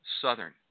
Southern